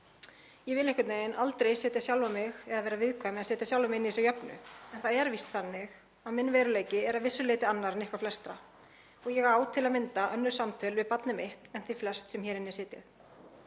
Ég vil einhvern veginn aldrei vera viðkvæm eða setja sjálfa mig inn í þessa jöfnu en það er víst þannig að minn veruleiki er að vissu leyti annar en ykkar flestra og ég á til að mynda önnur samtöl við barnið mitt en þið flest sem hér inni sitja.